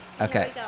Okay